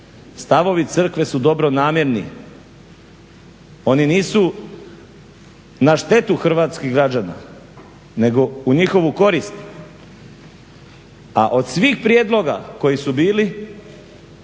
stavovi crkve su dobronamjerni, oni nisu na štetu hrvatskih građana nego u njihovu korist. A od sviha prijedloga koji su bili